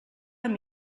amb